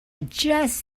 just